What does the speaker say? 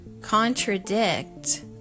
contradict